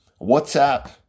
WhatsApp